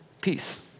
peace